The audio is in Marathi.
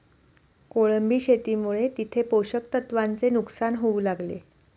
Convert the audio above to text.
कोळंबी शेतीमुळे तिथे पोषक तत्वांचे नुकसान होऊ लागले